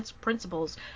principles